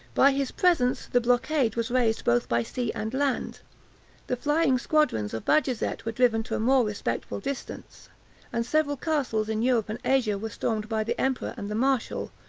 by his presence, the blockade was raised both by sea and land the flying squadrons of bajazet were driven to a more respectful distance and several castles in europe and asia were stormed by the emperor and the marshal,